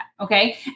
Okay